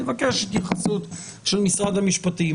אני מבקש התייחסות של משרד המשפטים,